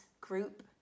group